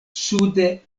sude